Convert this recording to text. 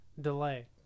delay